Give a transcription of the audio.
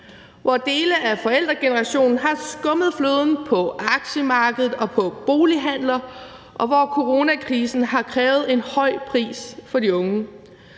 hvor dele af forældregenerationen har skummet fløden på aktiemarkedet, på bolighandler, og hvor coronakrisen har krævet en høj pris for de unge.